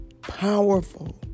Powerful